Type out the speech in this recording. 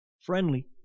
friendly